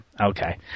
okay